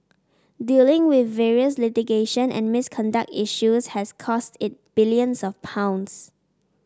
dealing with various litigation and misconduct issues has cost it billions of pounds